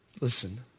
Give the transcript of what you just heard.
listen